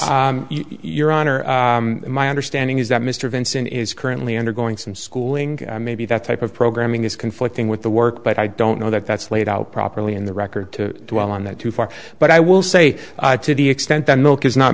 this your honor my understanding is that mr vinson is currently undergoing some schooling maybe that type of programming is conflicting with the work but i don't know that that's laid out properly in the record to do on that too far but i will say to the extent that milk is not